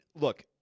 look